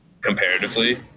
comparatively